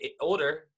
older